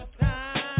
time